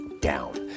down